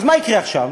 אז מה יקרה עכשיו?